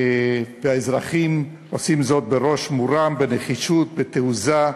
והאזרחים עושים זאת בראש מורם, בנחישות, בתעוזה,